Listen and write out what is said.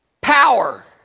power